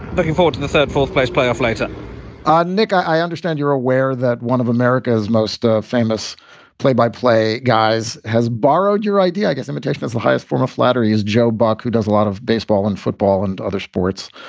looking forward to the third, fourth place play off later ah nic, i i understand you're aware that one of america's most ah famous play by play guys has borrowed your idea. i guess imitation is the highest form of flattery is joe bach, who does a lot of baseball and football and other sports.